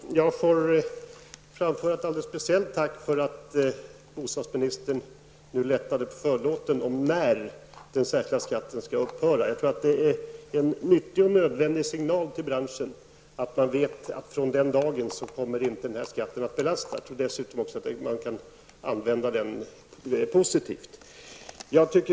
Herr talman! Jag vill framföra ett alldeles speciellt tack till bostadsministern för att han nu lättar på förlåten och ger besked om tidpunkten för när den särskilda skatten skall upphöra. Jag tror att det verkligen är en nödvändig signal till branschen -- man vet från vilken dag den här skatten inte kommer att belasta. Dessutom tror jag att det här kan utnyttjas på ett positivt sätt.